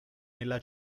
nella